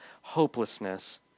hopelessness